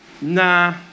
Nah